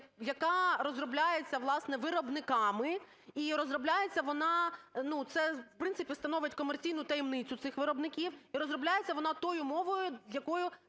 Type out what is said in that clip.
яка розробляється, власне, виробниками. І розробляється вона - це, в принципі, становить комерційну таємницю цих виробників, - і розробляється вона тою мовою, якою